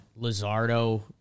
Lizardo